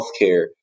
healthcare